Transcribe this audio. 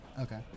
Okay